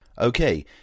Okay